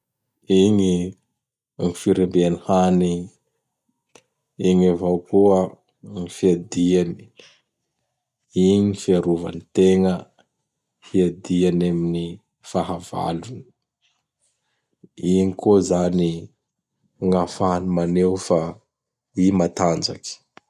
Igny ny firembeany hany! Igny avao koa ny fiadiany! Igny ny fiarovany tegna hiadiany amin'ny fahavalony! Igny koa izany ny ahafahany maneho fa i matanjaky.